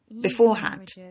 beforehand